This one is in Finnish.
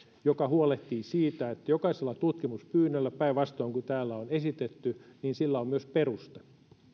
joka huolehtii siitä että jokaisella tutkimuspyynnöllä päinvastoin kuin täällä on esitetty on myös peruste